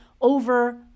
over